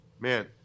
man